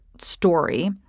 story